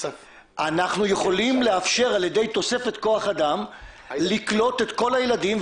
אנחנו יכולים לאפשר על ידי תוספת כוח אדם לקלוט את כל הילדים,